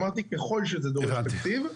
אמרתי ככל שזה דורש תקציב,